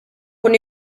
con